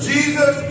Jesus